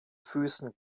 füßen